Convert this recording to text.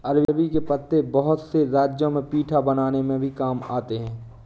अरबी के पत्ते बहुत से राज्यों में पीठा बनाने में भी काम आते हैं